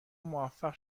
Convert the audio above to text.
موفق